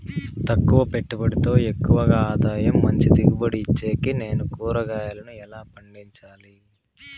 తక్కువ పెట్టుబడితో ఎక్కువగా ఆదాయం మంచి దిగుబడి ఇచ్చేకి నేను కూరగాయలను ఎలా పండించాలి?